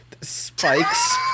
spikes